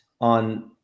on